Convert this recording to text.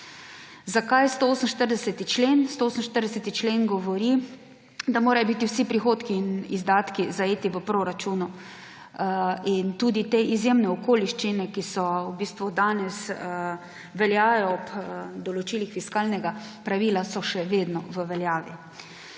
Zakaj 148. člen? 148. člen govori, da morajo biti vsi prihodki in izdatki zajeti v proračunu. In tudi te izjemne okoliščine, ki so v bistvu danes, veljajo ob določilih fiskalnega pravila, so še vedno v veljavi.